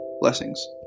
Blessings